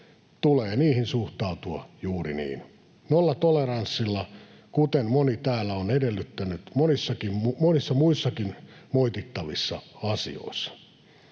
tulee niihin suhtautua juuri niin: nollatoleranssilla, kuten moni täällä on edellyttänyt monissa muissakin moitittavissa asioissa.